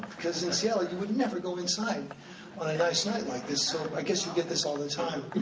because in seattle you would never go inside on a nice night like this. so i guess you get this all the time.